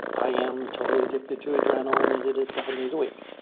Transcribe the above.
i am totally addicted to adrenaline and it is seven days a week.